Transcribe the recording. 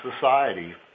society